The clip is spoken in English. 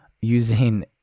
Using